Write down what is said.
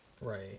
Right